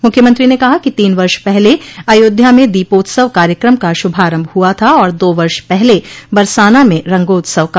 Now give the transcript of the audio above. मुख्यमंत्री ने कहा कि तीन वर्ष पहले अयोध्या में दीपोत्सव कार्यक्रम का शुभारम्भ हुआ था और दो वर्ष पहले बरसाना में रंगोत्सव का